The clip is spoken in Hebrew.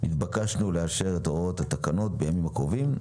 נתבקשנו לאשר את הוראות התקנות בימים הקרובים.